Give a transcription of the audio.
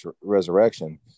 resurrection